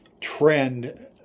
trend